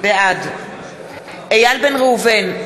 בעד איל בן ראובן,